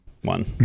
one